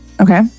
Okay